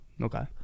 Okay